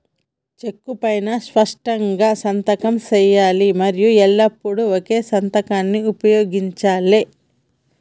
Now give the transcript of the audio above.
చెక్కు పైనా స్పష్టంగా సంతకం చేయాలి మరియు ఎల్లప్పుడూ ఒకే సంతకాన్ని ఉపయోగించాలే